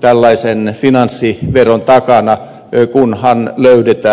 tällaisen finanssiveron takana kunhan löydetään oikea muoto